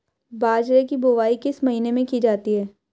बाजरे की बुवाई किस महीने में की जाती है?